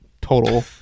total